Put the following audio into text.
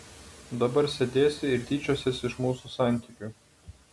dabar sėdėsi ir tyčiosies iš mūsų santykių